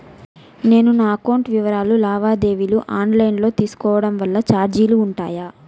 నేను నా అకౌంట్ వివరాలు లావాదేవీలు ఆన్ లైను లో తీసుకోవడం వల్ల చార్జీలు ఉంటాయా?